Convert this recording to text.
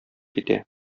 китә